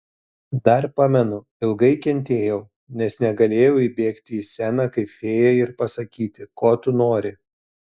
dar pamenu ilgai kentėjau nes negalėjau įbėgti į sceną kaip fėja ir pasakyti ko tu nori